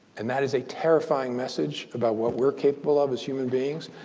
and that is a terrifying message about what we're capable of as human beings.